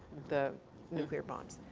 the nuclear bombs.